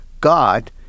God